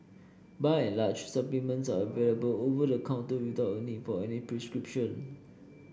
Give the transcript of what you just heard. by and large supplements are available over the counter without a need for any prescription